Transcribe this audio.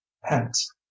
hence